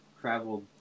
traveled